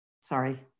Sorry